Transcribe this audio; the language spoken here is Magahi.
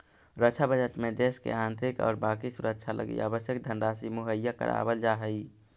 रक्षा बजट में देश के आंतरिक और बाकी सुरक्षा लगी आवश्यक धनराशि मुहैया करावल जा हई